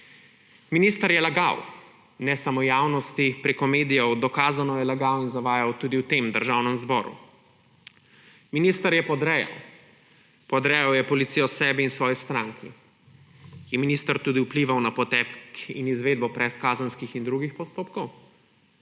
Minister je lagal, pa ne samo javnosti preko medijev, dokazano je lagal in zavajal tudi v Državnem zboru. Minister je podrejal. Podrejal je policijo sebi in svoji stranki. Je minister tudi vplival na potek ter izvedbo predkazenskih in drugih postopkov?